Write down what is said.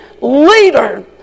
leader